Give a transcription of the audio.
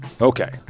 Okay